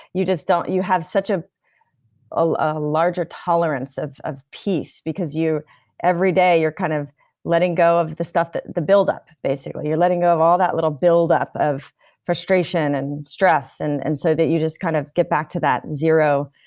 you just don't. you have such a ah larger tolerance of of peace, because every day you're kind of letting go of the stuff, the build-up basically you're letting go of all that little build-up of frustration and stress and and so that you just kind of get back to that zero